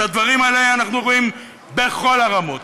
את הדברים האלה אנחנו רואים בכל הרמות.